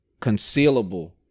concealable